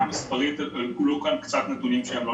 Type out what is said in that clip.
מספרית נמסרו קצת נתונים שאינם נכונים.